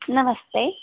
नमस्ते